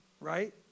Right